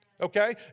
Okay